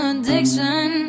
addiction